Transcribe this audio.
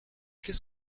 qu’est